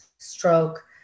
stroke